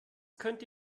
könnte